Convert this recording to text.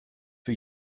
für